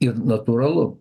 ir natūralu